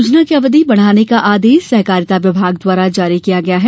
योजना की अवधि बढ़ाने का आदेश सहकारिता विभाग द्वारा जारी किया गया है